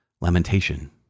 lamentation